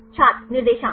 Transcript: छात्र निर्देशांक